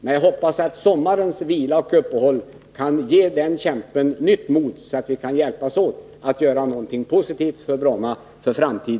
Jag hoppas att sommaruppehållets vila kan ge den kämpen nytt mod, så att vi i höst kan hjälpas åt att göra någonting positivt för Brommas framtid.